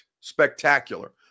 spectacular